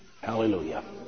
Hallelujah